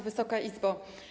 Wysoka Izbo!